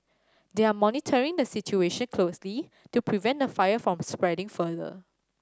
they are monitoring the situation closely to prevent the fire from spreading further